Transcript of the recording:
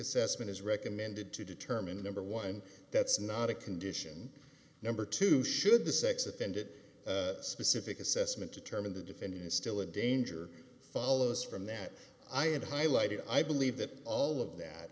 assessment is recommended to determine a number one that's not a condition number two should the sex offender specific assessment determine the defendant is still a danger follows from that i have highlighted i believe that all of that